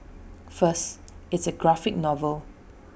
first it's A graphic novel